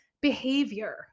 behavior